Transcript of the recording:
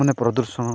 ᱢᱟᱱᱮ ᱯᱨᱚᱫᱩᱨᱥᱚᱱᱚ